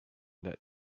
that